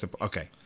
okay